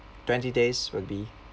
twenty days would be